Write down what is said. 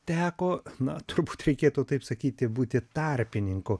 teko na turbūt reikėtų taip sakyti būti tarpininku